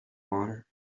honor